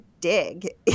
dig